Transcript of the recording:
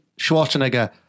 Schwarzenegger